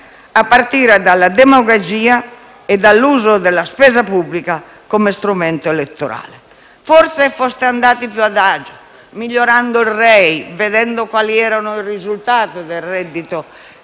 a partire dalla demagogia e dall'uso della spesa pubblica come strumento elettorale. Sareste forse potuti andare adagio, migliorando il Rei, vedendo quali erano i risultati della